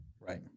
Right